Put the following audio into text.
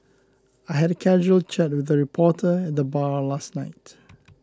I had a casual chat with a reporter at the bar last night